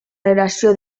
relació